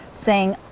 saying,